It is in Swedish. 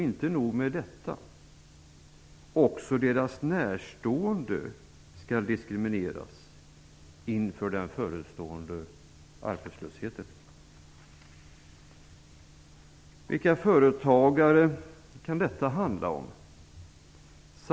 Inte nog med det - också deras närstående skall diskrimineras inför den förestående arbetslösheten. Vilka företagare kan detta handla om?